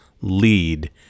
lead